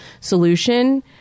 solution